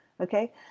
Okay